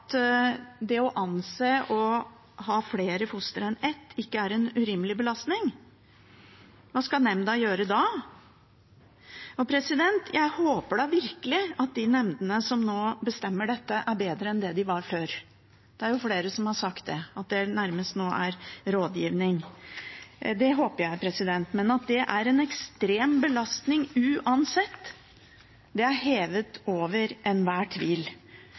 forenes med å anse det slik at det å ha flere fostre enn ett, ikke er en urimelig belastning? Hva skal nemnda gjøre da? Jeg håper da virkelig at de nemndene som nå bestemmer dette, er bedre enn det de var før. Det er jo flere som har sagt det, at det nå nærmest er rådgivning. Det håper jeg. Men at det er en ekstrem belastning uansett, er hevet over enhver tvil,